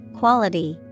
quality